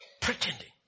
pretending